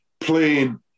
playing